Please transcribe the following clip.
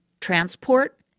transport